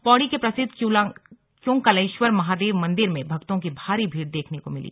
पौड़ी के प्रसिद्ध क्यूंकालेश्वर महादेव मंदिर में भक्तों की भारी भीड़ देखने को मिली